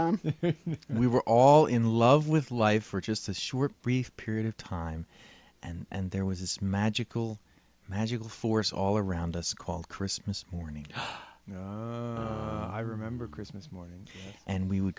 don we were all in love with life for just a short brief period of time and there was this magical magical force all around us called christmas morning i remember christmas morning and we would